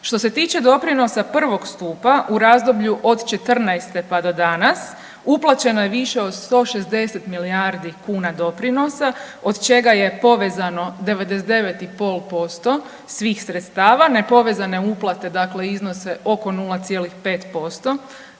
Što se tiče doprinosa prvog stupa u razdoblju od '14. pa do danas uplaćeno je više od 160 milijardi kuna doprinosa, od čega je povezano 99,5% svih sredstava, nepovezane uplate dakle iznose oko 0,5%,